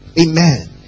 Amen